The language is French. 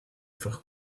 faire